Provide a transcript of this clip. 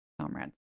comrades